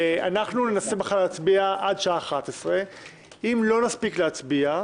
ננסה מחר להצביע עד 11:00. אם לא נספיק להצביע,